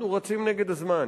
אנחנו רצים נגד הזמן.